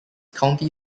county